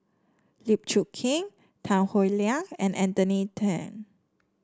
Lim Chong Keat Tan Howe Liang and Anthony Then